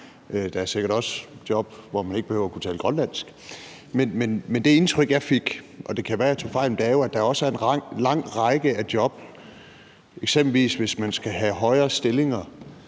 Der er sikkert også job, hvor man ikke behøver at kunne tale grønlandsk. Men det indtryk, jeg fik, og det kan være, jeg tog fejl, er jo, at der også er en lang række af job – eksempelvis hvis man skal have højere stillinger